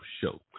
show